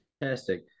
Fantastic